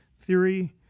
theory